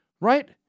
right